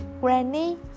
Granny